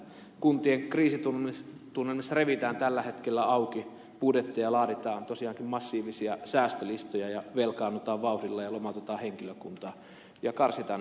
kuntien kriisitunnelmissa revitään tällä hetkellä auki budjetteja laaditaan tosiaankin massiivisia säästölistoja ja velkaannutaan vauhdilla lomautetaan henkilökuntaa ja karsitaan näistä välttämättömistä peruspalveluista